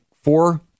four